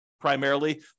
primarily